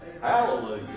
Hallelujah